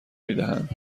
میدهند